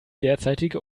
derzeitige